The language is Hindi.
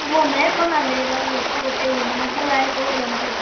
तो वो मैं थोड़े ना ले रहा हूँ वो तो मजदूर आयेंगे वो लेंगे